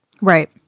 Right